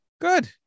Good